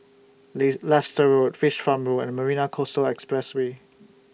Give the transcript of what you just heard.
Leicester Road Fish Farm Road and Marina Coastal Expressway